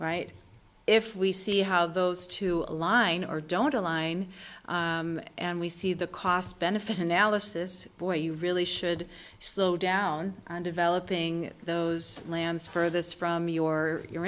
right if we see how those two line or don't align and we see the cost benefit analysis boy you really should slow down on developing those plans for this from your your